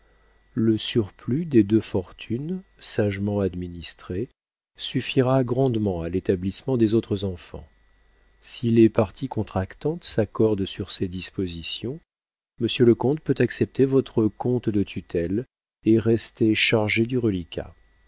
le surplus des deux fortunes sagement administré suffira grandement à l'établissement des autres enfants si les parties contractantes s'accordent sur ces dispositions monsieur le comte peut accepter votre compte de tutelle et rester chargé du reliquat